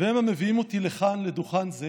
והם המביאים אותי לכאן, לדוכן זה